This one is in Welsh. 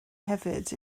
hefyd